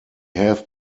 have